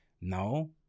no